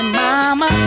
mama